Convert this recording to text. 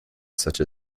such